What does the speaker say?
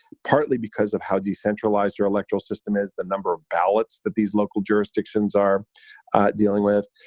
partly because of how decentralized your electoral system is, the number of ballots that these local jurisdictions are dealing with,